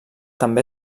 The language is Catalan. també